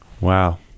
Wow